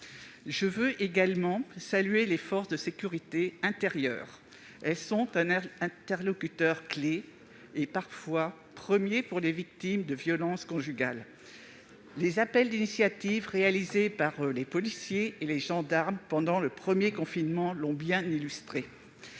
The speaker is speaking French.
Je salue également les forces de sécurité intérieure : elles sont un interlocuteur clé, parfois premier, pour les victimes de violences conjugales, comme les appels d'initiative réalisés par les policiers et les gendarmes pendant le premier confinement l'ont illustré.